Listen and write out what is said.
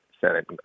Senate